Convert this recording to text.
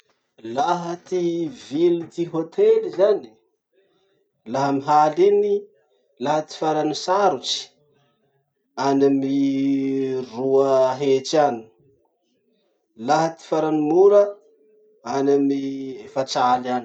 Laha ty vily ty hotely zany laha amy haly iny, laha ty farany sarotsy, any amy roa hetsy any, laha ty farany mora, any amy efatraly any.